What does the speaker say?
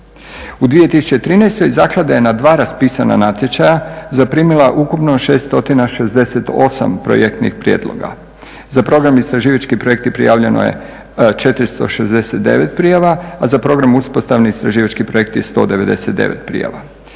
U 2013. Zaklada je na dva raspisana natječaja zaprimila ukupno 668 projektnih prijedloga. Za program Istraživački projekti prijavljeno je 469 prijava, a za program Uspostavni istraživački projekti 199 prijava.